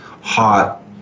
hot